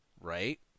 right